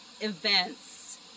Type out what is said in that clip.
events